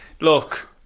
Look